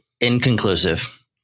Inconclusive